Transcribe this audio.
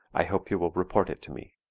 i hope you will report it to me.